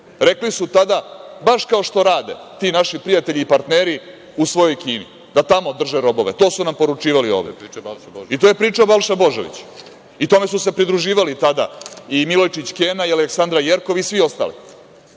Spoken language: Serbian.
rekli su tada – baš kao što rade, ti naši prijatelji i partneri, u svojoj Kini, da tamo drže robove. To su nam poručivali ovde. To je pričao Balša Božović i tome su se pridruživali tada i Milojičić Kena i Aleksandra Jerkov i svi ostali.A